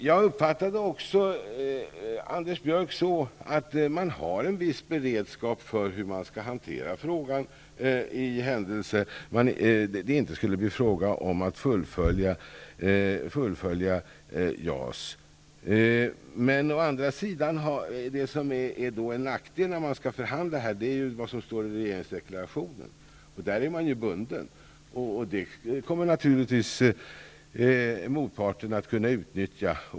Jag uppfattade Anders Björck så att det finns en viss beredskap för hur frågan skall hanteras i händelse av att JAS-projektet inte skall fullföljas. En nackdel när det skall förhandlas är vad som står i regeringsdeklarationen. Den är man ju bunden till. Det kan motparten naturligtvis utnyttja.